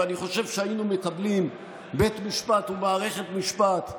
ואני חושב שהיינו מקבלים בית משפט ומערכת משפט מגוונים,